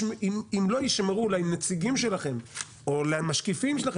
אם לא יישמעו נציגים שלכם או למשקיפים שלכם,